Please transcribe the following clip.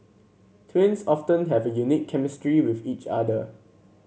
twins often have a unique chemistry with each other